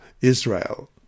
Israel